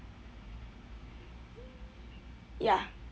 ya